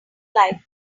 life